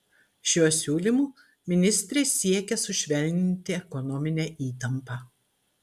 šiuo siūlymu ministrė siekia sušvelninti ekonominę įtampą